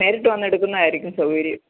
നേരിട്ട് വന്ന് എടുക്കുന്നതായിരിക്കും സൗകര്യം